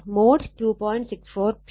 64 j 0